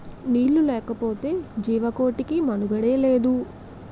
నీళ్లు లేకపోతె జీవకోటికి మనుగడే లేదు